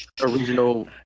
original